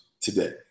today